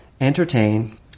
Entertain